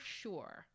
sure